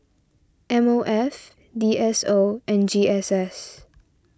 M O F D S O and G S S